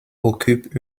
occupe